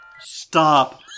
Stop